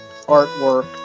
artwork